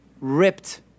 ripped